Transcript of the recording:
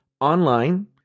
online